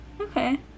Okay